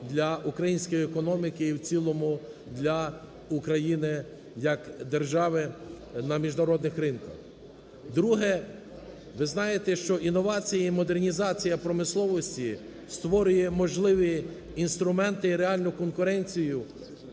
для української економіки і в цілому для України як держави на міжнародних ринках. Друге. Ви знаєте, що інновації і модернізація промисловості створює можливі інструменти і реальну конкуренцію